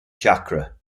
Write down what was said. chakra